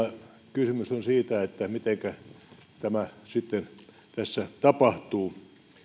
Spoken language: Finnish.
kysymys on siitä mitenkä tämä sitten tässä tapahtuu on